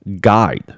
guide